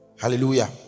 Hallelujah